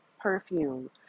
perfume